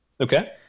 Okay